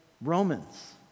Romans